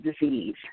disease